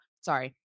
Sorry